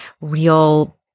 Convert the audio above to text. real